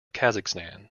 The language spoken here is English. kazakhstan